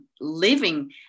living